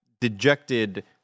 dejected